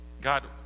God